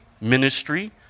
ministry